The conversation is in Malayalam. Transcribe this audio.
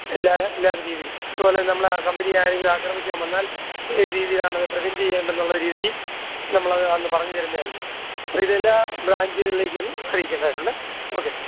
എല്ലാ എല്ലാ അതുപോലെ നമ്മളെ കമ്പനി ആരെങ്കിലും ആക്രമിക്കാൻ വന്നാൽ ഏത് രീതിയിലാണ് പ്രിവൻറ്റിയ്യെണ്ടെന്നുള്ള രീതിയിൽ നമ്മളത് അന്ന് പറഞ്ഞുതരുന്നതായിരിക്കും അപ്പോള് ഇതെല്ലാ ബ്രാഞ്ചുകളിലേക്കും അറിയിക്കേണ്ടതായിട്ടുണ്ട് ഓക്കെ